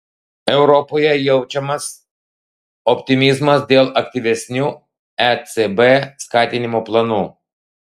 europoje jaučiamas optimizmas dėl aktyvesnių ecb skatinimo planų